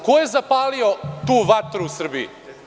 Ko je zapalio tu vatru u Srbiji?